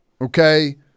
okay